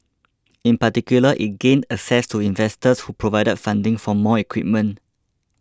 in particular it gained access to investors who provided funding for more equipment